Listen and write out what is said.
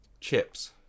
Chips